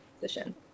position